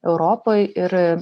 europoj ir